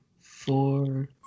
four